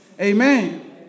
Amen